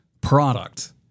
product